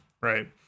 right